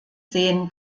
sehen